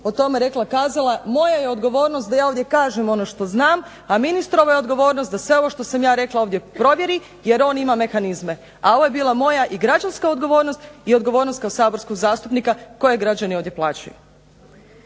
o tome rekla-kazala. Moja je odgovornost da ja ovdje kažem ono što znam, a ministrova je odgovornost da sve ovo što sam ja rekla ovdje provjeri jer on ima mehanizme. A ovo je bila moja i građanska odgovornost i odgovornost kao saborskog zastupnika kojeg građani ovdje plaćaju.